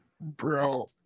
Bro